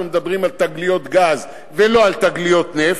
מדברים על תגליות גז ולא על תגליות נפט,